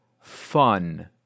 fun